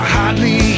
hardly